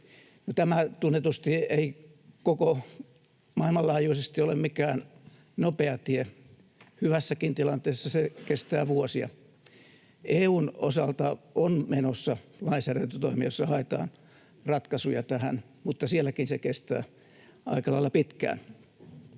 tämä tunnetusti ei koko maailman laajuisesti ole mikään nopea tie; hyvässäkin tilanteessa se kestää vuosia. EU:n osalta on menossa lainsäädäntötoimia, joissa haetaan ratkaisuja tähän, mutta sielläkin se kestää aika lailla pitkään.